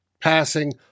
passing